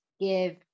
give